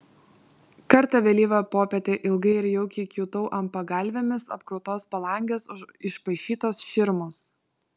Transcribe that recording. kartą vėlyvą popietę ilgai ir jaukiai kiūtau ant pagalvėmis apkrautos palangės už išpaišytos širmos